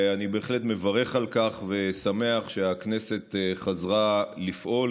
אני בהחלט מברך על כך ושמח שהכנסת חזרה לפעול,